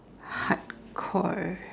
hardcore